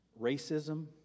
racism